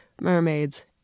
mermaids